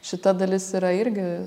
šita dalis yra irgi